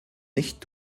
nicht